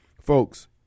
folks